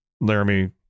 Laramie